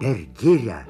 per girią